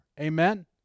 Amen